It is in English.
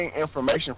Information